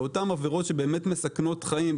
באותן עבירות שבאמת מסכנות חיים,